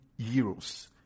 euros